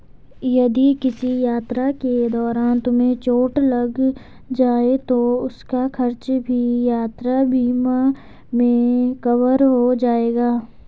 यदि किसी यात्रा के दौरान तुम्हें चोट लग जाए तो उसका खर्च भी यात्रा बीमा में कवर हो जाएगा